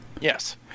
Yes